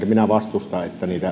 minä vastusta